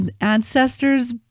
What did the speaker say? ancestors